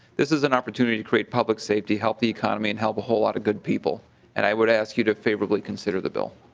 this is an opportunity great public safety help the economy and help a whole lot of good people and i would ask you to favorably consider the bill